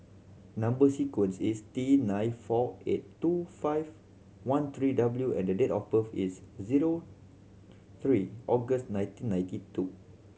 number sequence is T nine four eight two five one three W and the date of birth is zero three August nineteen ninety two